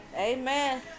amen